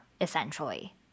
essentially